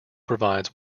provides